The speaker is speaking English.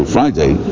Friday